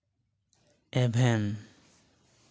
ᱮᱵᱷᱮᱱ